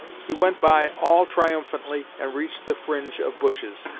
he went by all triumphantly and reached the fringe of bushes.